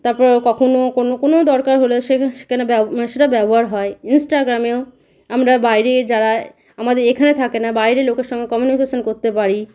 তারপর কখনও কোনো কোনো দরকার হলে সেখানে মানে সেটা ব্যবহার হয় ইনস্টাগ্রামেও আমরা বাইরে যারা আমাদের এখানে থাকে না বাইরের লোকের সঙ্গে কমিউনিকেশান করতে পারি